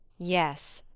yes.